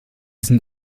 sind